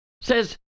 says